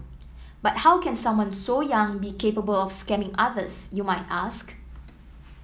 but how can someone so young be capable of scamming others you might ask